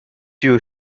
you